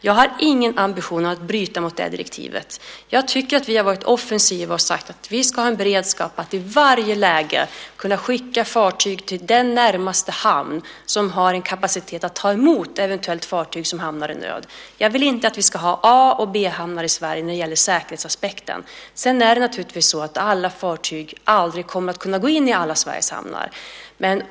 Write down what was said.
Jag har ingen ambition att bryta mot detta direktiv. Jag tycker att vi har varit offensiva och sagt att vi ska ha en beredskap att i varje läge kunna skicka fartyg till den närmaste hamn som har kapacitet att ta emot eventuella fartyg som hamnar i nöd. Jag vill inte att vi ska ha A och B-hamnar i Sverige när det gäller säkerhetsaspekten. Sedan är det naturligtvis så att alla fartyg aldrig kommer att kunna gå in i alla Sveriges hamnar.